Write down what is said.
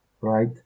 right